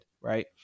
Right